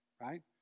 Right